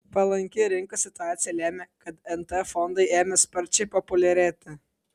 palanki rinkos situacija lėmė kad nt fondai ėmė sparčiai populiarėti